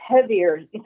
heavier